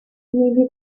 maybe